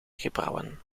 gebrouwen